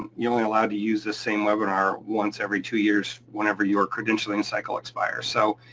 you're only allowed to use this same webinar once every two years, whenever your credentialing cycle expires. so,